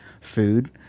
food